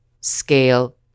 scale